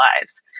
lives